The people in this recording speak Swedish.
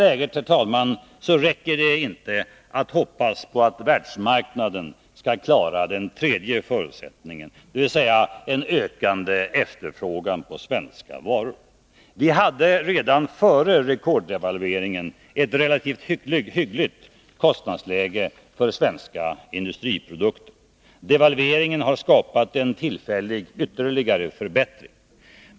I det här läget räcker det inte att hoppas på att Nr 50 världsmarknaden skall klara den tredje förutsättningen, dvs. en ökande Onsdagen den efterfrågan på svenska varor. Vi hade redan före rekorddevalveringen ett 15 december 1982 relativt hyggligt kostnadsläge för svenska industriprodukter. Devalveringen har skapat en tillfällig, ytterligare förbättring.